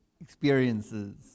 experiences